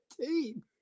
team